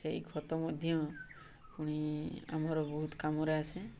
ସେଇ ଖତ ମଧ୍ୟ ପୁଣି ଆମର ବହୁତ କାମରେ ଆସେ